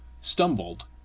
stumbled